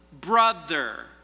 brother